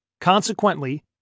Consequently